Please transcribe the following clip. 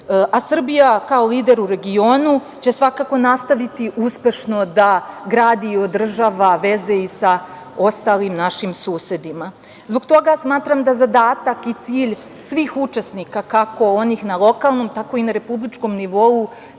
a Srbija kao lider u regionu će svakako nastaviti uspešno da gradi i održava veze i sa ostalim našim susedima. Zbog toga smatram da zadatak i cilj svih učesnika kako onih na lokalnom, tako i na republičkom nivou